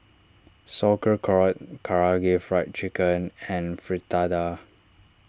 Sauerkraut Karaage Fried Chicken and Fritada